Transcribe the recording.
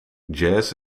jazz